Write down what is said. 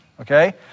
okay